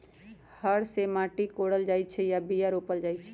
हर से माटि कोरल जाइ छै आऽ बीया रोप्ल जाइ छै